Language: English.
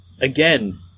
again